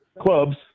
clubs